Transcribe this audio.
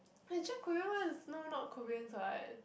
the Jap-Korean one is now not Koreans what